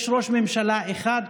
יש ראש ממשלה אחד,